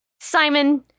Simon